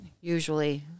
Usually